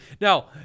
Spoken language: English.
Now